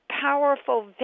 Powerful